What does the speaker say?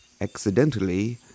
accidentally